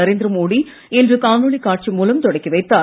நரேந்திரமோடி படகு இன்று காணொளி காட்சி மூலம் தொடக்கி வைத்தார்